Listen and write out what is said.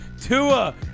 Tua